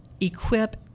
equip